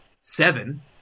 Seven